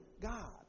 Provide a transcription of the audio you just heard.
God